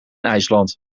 ijsland